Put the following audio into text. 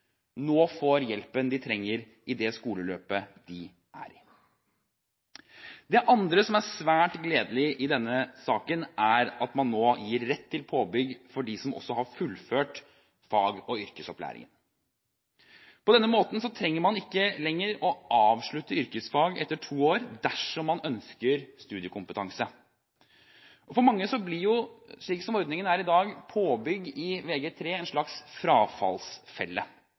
nå får den hjelpen de trenger i det skoleløpet de er i. Det andre som er svært gledelig i denne saken, er at man nå gir rett til påbygg også for dem som har fullført fag- og yrkesopplæringen. På denne måten trenger man ikke lenger å avslutte yrkesfag etter to år dersom man ønsker studiekompetanse. Slik ordningen er i dag, blir jo påbygg i Vg3 for mange en slags